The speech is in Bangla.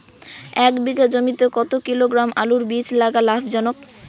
এক বিঘা জমিতে কতো কিলোগ্রাম আলুর বীজ লাগা লাভজনক?